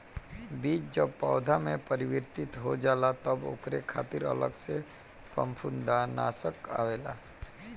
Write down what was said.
बीज जब पौधा में परिवर्तित हो जाला तब ओकरे खातिर अलग से फंफूदनाशक आवेला